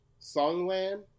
Songland